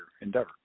endeavor